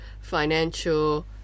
financial